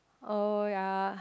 oh ya